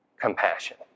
compassion